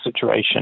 situation